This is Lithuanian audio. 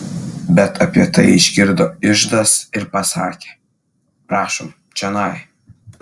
bet apie tai išgirdo iždas ir pasakė prašom čionai